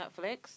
Netflix